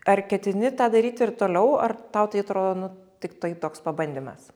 ar ketini tą daryti ir toliau ar tau tai atrodo nu tiktai toks pabandymas